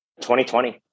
2020